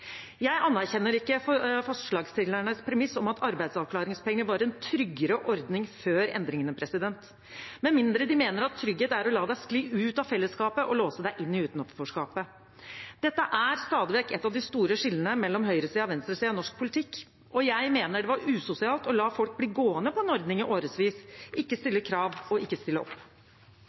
Jeg anerkjenner ikke forslagsstillernes premiss om at arbeidsavklaringspenger var en tryggere ordning før endringene, med mindre de mener at trygghet er å la deg skli ut av fellesskapet og låse deg inn i utenforskapet. Dette er stadig vekk et av de store skillene mellom høyresiden og venstresiden i norsk politikk, og jeg mener det var usosialt å la folk bli gående på en ordning i årevis – ikke stille krav og ikke stille opp.